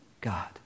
God